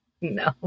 No